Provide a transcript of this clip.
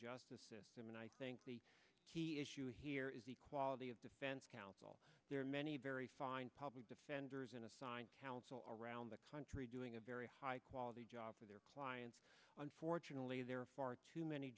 justice system and i think the key issue here is the quality of defense counsel there are many very fine public defenders in assigned counsel all around the country doing a very high quality job for their clients unfortunately there are far too many